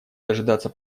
дожидаться